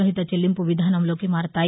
రహిత చెల్లింపు విధానంలోకి మారతాయి